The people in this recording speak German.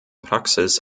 praxis